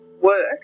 work